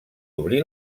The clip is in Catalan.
obrí